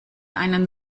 einen